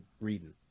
reading